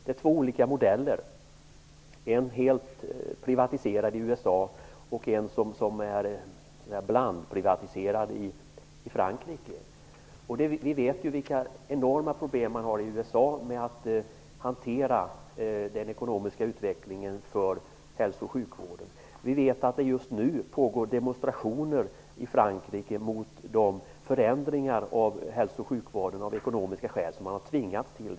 Man har två olika modeller; en helt privatiserad i USA och en blandprivatiserad i Frankrike. Vi vet vilka enorma problem man i USA har med att hantera hälsooch sjukvårdens ekonomiska utveckling. Vi vet att det just nu pågår demonstrationer i Frankrike mot de förändringar av hälso sjukvården som man av ekonomiska skäl tvingas till.